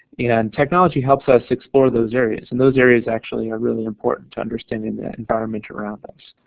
you know and technology helps us explore those areas and those areas actually are really important to understanding the environment around us.